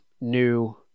new